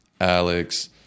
Alex